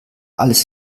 alles